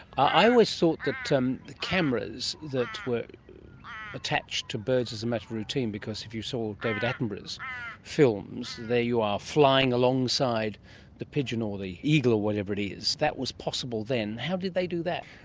i always thought that um cameras that were attached to birds as a matter of routine. because if you saw david attenborough's films, there you are flying alongside the pigeon or the eagle or whatever it is, that was possible then. how did they do that?